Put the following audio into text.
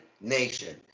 nation